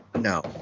no